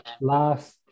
last